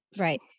Right